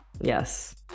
yes